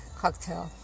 cocktail